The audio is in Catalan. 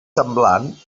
semblant